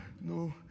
No